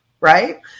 right